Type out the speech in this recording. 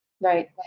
Right